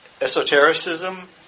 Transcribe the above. Esotericism